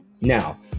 now